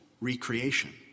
recreation